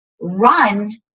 run